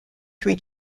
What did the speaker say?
three